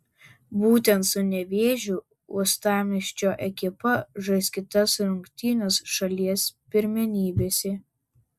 būtent su nevėžiu uostamiesčio ekipa žais kitas rungtynes šalies pirmenybėse